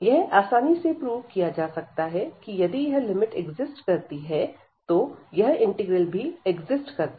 यह आसानी से प्रूव किया जा सकता है कि यदि यह लिमिट एक्जिस्ट करती है तो यह इंटीग्रल भी एक्जिस्ट करता है